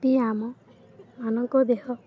ପିଇ ଆମମାନଙ୍କ ଦେହ